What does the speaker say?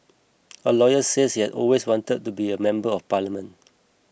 a lawyer says that he always wanted to be a member of parliament